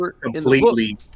completely